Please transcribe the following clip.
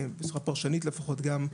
אי-אפשר לפטר אותו במקרים כאלה.